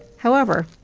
however,